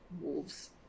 wolves